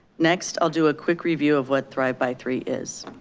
next i'll do a quick review of what thrive by three is.